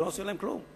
ולא עושים להם כלום.